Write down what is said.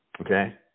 Okay